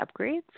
upgrades